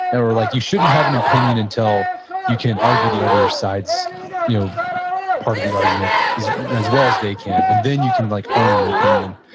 and or like you shouldn't have an opinion util you can argue the other side's you know part of the argument as as well as they can, and then you can like earn your opinion.